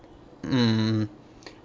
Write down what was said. mm